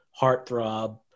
heartthrob